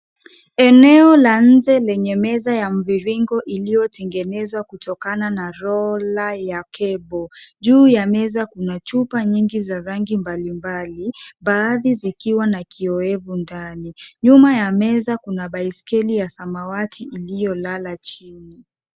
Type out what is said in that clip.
Eneo la nje lenye meza ya mviringo iliyotengenezwa kutokana na roller ya cable .Juu ya meza kuna chupa nyingi za rangi mbalimbali baadhi zikiwa na kiowevu ndani. Nyuma ya meza kuna baiskeli ya samawati iliyolala chini.